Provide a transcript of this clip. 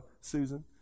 Susan